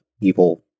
evil